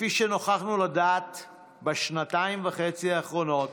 כפי שנוכחנו לדעת בשנתיים וחצי האחרונות,